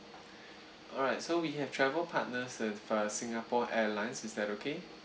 alright so we have travel partners with uh singapore airlines is that okay